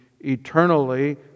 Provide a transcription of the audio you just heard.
eternally